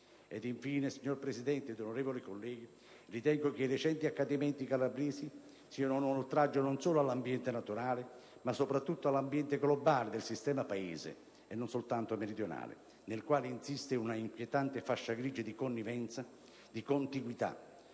Infine, signor Presidente ed onorevoli colleghi, ritengo che i recenti accadimenti calabresi siano un oltraggio all'ambiente non solo naturale, ma soprattutto globale del sistema Paese, e non soltanto meridionale, nel quale insiste un'inquietante fascia grigia di connivenze e di contiguità